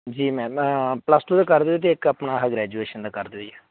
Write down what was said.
ਜੀ ma'am plus two ਦਾ ਕਰ ਦਿਓ ਅਤੇ ਇੱਕ ਆਪਣਾ ਆਹ ਗ੍ਰੈਜੂਏਸ਼ਨ ਦਾ ਕਰ ਦਿਓ ਜੀ